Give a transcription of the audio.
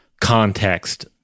context